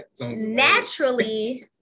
naturally